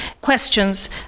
questions